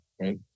right